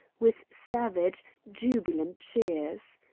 with savage, jubilant cheers.